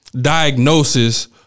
diagnosis